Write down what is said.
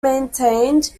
maintained